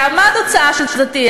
עכשיו, מה תהיה התוצאה של זה?